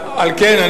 על כן,